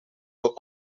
will